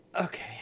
Okay